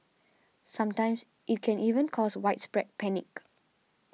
sometimes it can even cause widespread panic